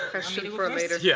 question for a later yeah